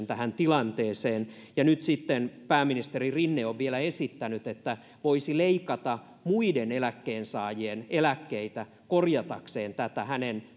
tähän tilanteeseen ja nyt sitten pääministeri rinne on vielä esittänyt että voisi leikata muiden eläkkeensaajien eläkkeitä korjatakseen tätä hänen